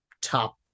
top